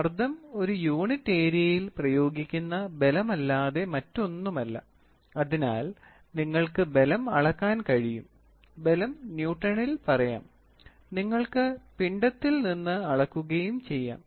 മർദ്ദം ഒരു യൂണിറ്റ് ഏരിയയിൽ പ്രയോഗിക്കുന്ന ബലമല്ലാതെ മറ്റൊന്നുമല്ല അതിനാൽ നിങ്ങൾക്ക് ബലം അളക്കാൻ കഴിയും ബലം ന്യൂട്ടണിൽ പറയാം നിങ്ങൾക്ക് പിണ്ഡത്തിൽ നിന്ന് അളക്കുകയും ചെയ്യാം